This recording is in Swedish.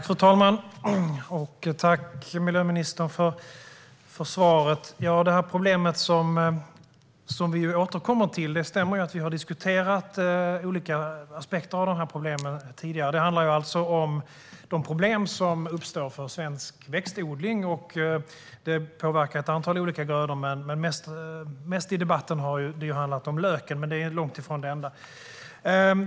Fru talman! Tack, miljöministern, för svaret! Det stämmer att vi har diskuterat det här problemet och olika aspekter av det tidigare. Det handlar alltså om de problem som uppstår för svensk växtodling. Det påverkar ett antal olika grödor. I debatten har det mest handlat om löken, men det är långt ifrån det enda.